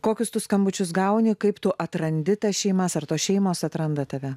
kokius tu skambučius gauni kaip tu atrandi tas šeimas ar tos šeimos atranda tave